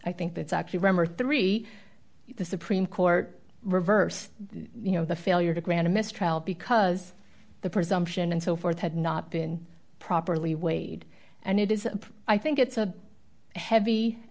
i think that's actually remember three the supreme court reversed you know the failure to grant a mistrial because the presumption and so forth had not been properly weighed and it is i think it's a heavy